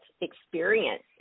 experience